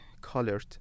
colored